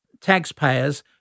taxpayers